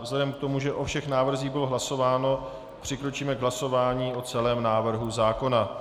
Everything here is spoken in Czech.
Vzhledem k tomu, že o všech návrzích bylo hlasováno, přikročíme k hlasování o celém návrhu zákona.